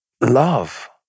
Love